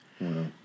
Wow